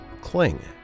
Cling